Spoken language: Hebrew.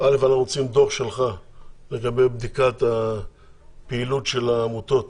אנחנו רוצים דוח שלך לגבי בדיקת הפעילות של העמותות